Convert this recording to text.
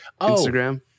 Instagram